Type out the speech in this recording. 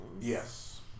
Yes